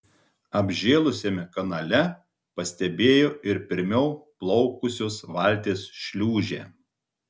apžėlusiame kanale pastebėjo ir pirmiau plaukusios valties šliūžę